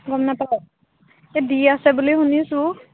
গম নাপাৱ এই দি আছে বুলি শুনিছোঁ